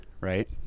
right